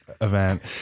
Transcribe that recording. event